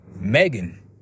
Megan